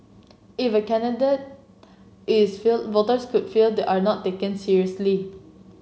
if a candidate is fielded voters could feel they are not taken seriously